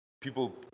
people